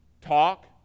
talk